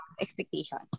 expectations